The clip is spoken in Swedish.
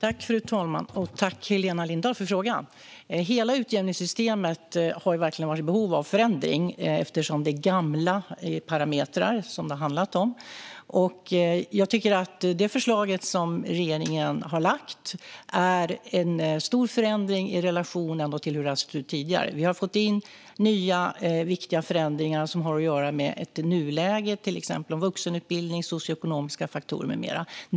Fru talman! Tack, Helena Lindahl, för frågan! Hela utjämningssystemet har verkligen varit i behov av förändring, eftersom det är gamla parametrar som det har handlat om. Jag tycker att det förslag som regeringen har lagt fram innebär en stor förändring i relation till hur det har sett ut tidigare. Vi har fått in nya, viktiga förändringar som har att göra med ett nuläge vad gäller till exempel vuxenutbildning, socioekonomiska faktorer med mera.